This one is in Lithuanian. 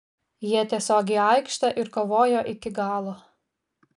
jie tiesiog į aikštę ir kovojo iki galo